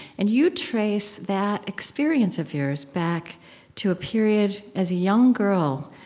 and you trace that experience of yours back to a period as a young girl,